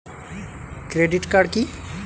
Credit card কি?